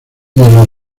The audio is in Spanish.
los